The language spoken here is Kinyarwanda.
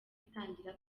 itangira